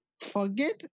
Forget